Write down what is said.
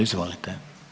Izvolite.